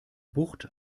bucht